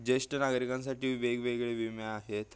ज्येष्ठ नागरिकांसाठी वेगवेगळे विमे आहेत